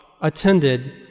attended